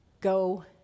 go